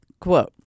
Quote